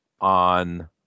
on